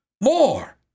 more